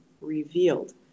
revealed